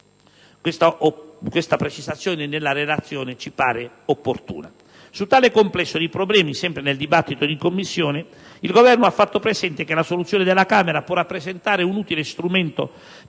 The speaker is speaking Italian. questa precisazione nella relazione. Su tale complesso di problemi, sempre nel dibattito in Commissione, il Governo ha fatto presente che la soluzione della Camera può rappresentare un utile strumento